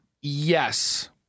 Yes